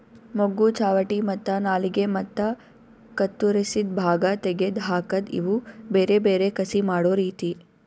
ಮೊಗ್ಗು, ಚಾವಟಿ ಮತ್ತ ನಾಲಿಗೆ ಮತ್ತ ಕತ್ತುರಸಿದ್ ಭಾಗ ತೆಗೆದ್ ಹಾಕದ್ ಇವು ಬೇರೆ ಬೇರೆ ಕಸಿ ಮಾಡೋ ರೀತಿ